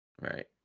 right